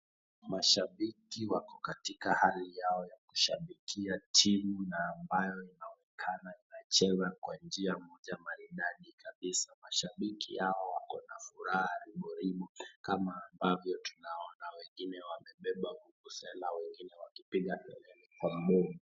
Mashabiki wako katika hali yao ya kushabikia timu ambayo inaonekana inacheza kwa njia moja maridadi kabisaa. Mashabiki hawa wako na furaha riboribo kama ambavyo tunavyoona, wengine wamebeba vuvuzela wengine wakipiga mayowe kwa mdomo.